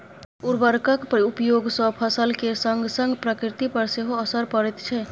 उर्वरकक उपयोग सँ फसल केर संगसंग प्रकृति पर सेहो असर पड़ैत छै